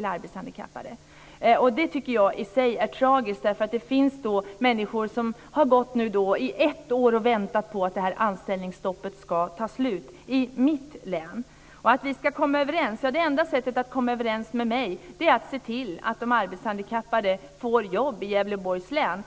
de arbetshandikappade förrän nästa år. Det tycker jag i sig är tragiskt. Det finns nämligen människor i mitt län som har gått i ett år och väntat på att anställningsstoppet ska ta slut. Man säger att vi ska komma överens, men det enda sättet att komma överens med mig är att se till att de arbetshandikappade får jobb i Gävleborgs län.